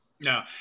No